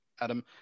Adam